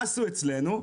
מה עשו אצלנו?